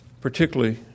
particularly